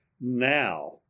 now